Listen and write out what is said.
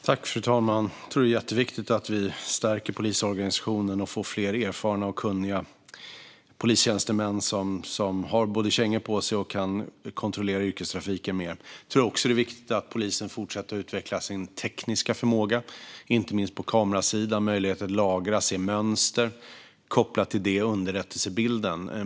Fru talman! Jag tror att det är jätteviktigt att vi stärker polisorganisationen och får fler erfarna och kunniga polistjänstemän som har kängor på sig och kan kontrollera yrkestrafiken mer. Jag tror också att det är viktigt att polisen fortsätter att utveckla sin tekniska förmåga, inte minst på kamerasidan med möjlighet att lagra och se mönster och kopplat till det underrättelsebilden.